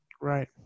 Right